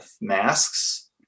masks